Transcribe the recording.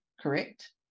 correct